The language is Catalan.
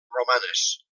romanes